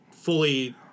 fully